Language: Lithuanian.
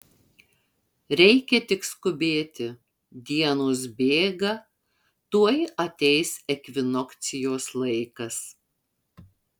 reikia tik skubėti dienos bėga tuoj ateis ekvinokcijos laikas